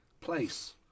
place